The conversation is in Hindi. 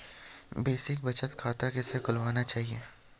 बेसिक बचत खाता किसे खुलवाना चाहिए?